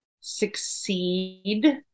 succeed